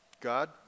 God